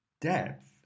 depth